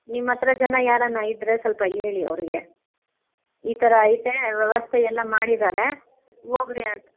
ನಿಮ್ಮ ಹತ್ರ ಜನ ಯಾರಾನ ಇದ್ದರೆ ಸ್ವಲ್ಪ ಹೇಳಿ ಅವ್ರಿಗೆ ಈ ಥರ ಐತೆ ವ್ಯವಸ್ಥೆ ಎಲ್ಲ ಮಾಡಿದ್ದಾರೆ ಹೋಗಿರಿ ಅಂತ